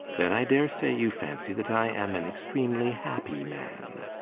then i daresay you fancy that i am an extremely happy man.